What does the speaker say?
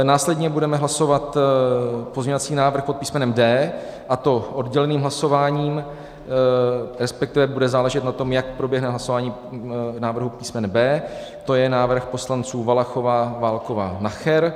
Následně budeme hlasovat pozměňovací návrh pod písmenem D, a to odděleným hlasováním, respektive bude záležet na tom, jak proběhne hlasování návrhu písmene B, to je návrh poslanců: Valachová, Válková, Nacher.